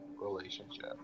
relationship